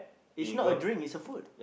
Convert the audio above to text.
it's not a drink it's a food